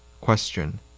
Question